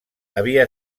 havia